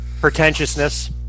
Pretentiousness